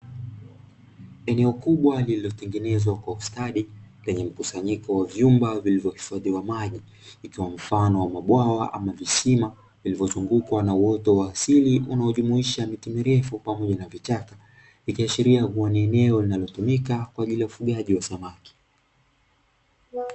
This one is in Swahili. Eneo kubwa lililotengenezwa kwa ustadi lenye mkusanyiko wa vyumba vilivyo hifadhi maji ikiwa mfano wa mabwawa ama visima, vilivyozungukwa ma uoto wa asili unaojumuisha miti mirefu pamoja na vichaka, ikiashiria kuwa ni eneo linalotumika kwa ajili ya ufugaji wa samaki.